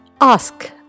Ask